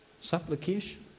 Supplication